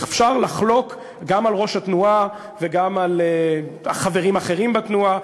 אפשר לחלוק גם על ראש התנועה וגם על החברים האחרים בתנועה,